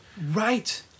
Right